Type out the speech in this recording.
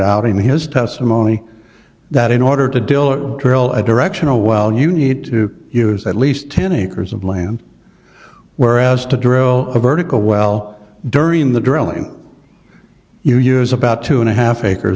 out in his testimony that in order to deliver a directional well you need to use at least ten acres of land whereas to drill a vertical well during the drilling you use about two and a half acres